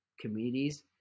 communities